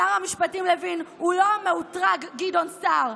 שר המשפטים לוין הוא לא המאותרג גדעון סער.